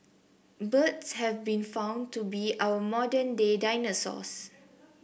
birds have been found to be our modern day dinosaurs